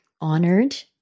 honored